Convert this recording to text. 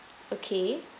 okay